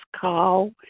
call